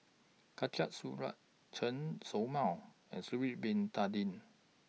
Khatijah Surattee Chen Show Mao and Sha'Ari Bin Tadin